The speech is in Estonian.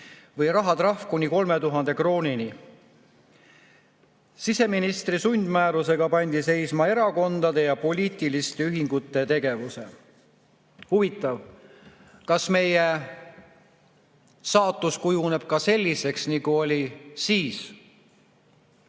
või rahatrahv kuni 3000 kroonini. Siseministri sundmäärusega pandi seisma erakondade ja poliitiliste ühingute tegevus. Huvitav, kas meie saatus kujuneb selliseks, nagu oli